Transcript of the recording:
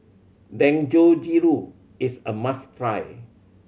dangojiru is a must try